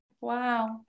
Wow